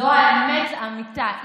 זו האמת לאמיתה.